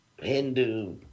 Hindu